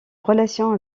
relation